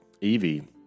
Evie